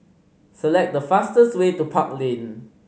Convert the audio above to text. select the fastest way to Park Lane